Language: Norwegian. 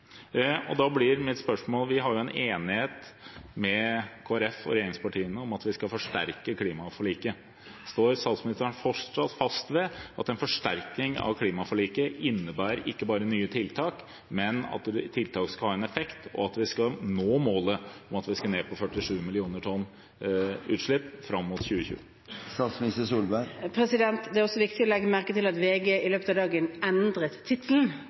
Og da blir mitt spørsmål: Vi har jo en enighet med Kristelig Folkeparti og regjeringspartiene om at vi skal forsterke klimaforliket. Står statsministeren fortsatt fast ved at en forsterkning av klimaforliket innebærer ikke bare nye tiltak, men at tiltakene skal ha en effekt, og at vi skal nå målet om å komme ned på 47 millioner tonn utslipp fram mot 2020? Det er også viktig å legge merke til at VG i løpet av dagen endret tittelen